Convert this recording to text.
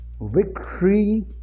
Victory